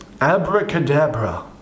abracadabra